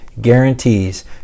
Guarantees